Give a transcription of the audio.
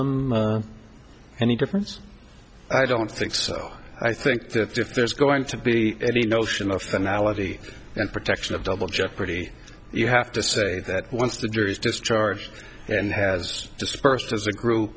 them any difference i don't think so i think that if there's going to be any notion of anality and protection of double jeopardy you have to say that once the jury is discharged and has dispersed as a group